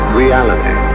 reality